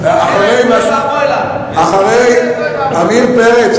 עמיר פרץ,